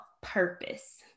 purpose